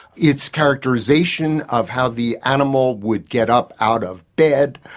its characterisation of how the animal would get up out of bed,